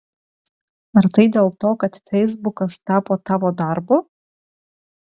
ar tai dėl to kad feisbukas tapo tavo darbu